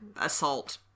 assault